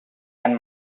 and